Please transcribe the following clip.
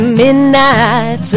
midnight